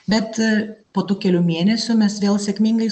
bet po tų kelių mėnesių mes vėl sėkmingai